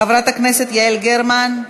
חברת הכנסת יעל גרמן,